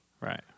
Right